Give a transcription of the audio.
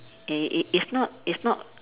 i~ it is not it's not